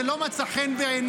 זה לא מצא חן בעיניה.